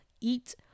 eat